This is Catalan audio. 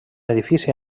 edifici